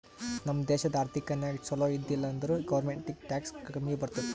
ನಮ್ ದೇಶ ಆರ್ಥಿಕ ನಾಗ್ ಛಲೋ ಇದ್ದಿಲ ಅಂದುರ್ ಗೌರ್ಮೆಂಟ್ಗ್ ಟ್ಯಾಕ್ಸ್ ಕಮ್ಮಿ ಬರ್ತುದ್